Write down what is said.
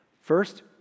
First